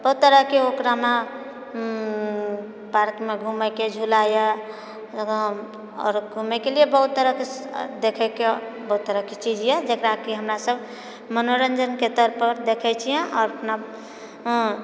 बहुत तरहकेँ ओकरामे पार्केमे घुमएके झूला यऽ लगा आओर घुमएके लिए बहुत तरहकेँ देखएके बहुत तरहकेँ चीज यऽ जकरा कि हमरासभ मनोरञ्जनके तौर पर देखए छिऐ आओर अपना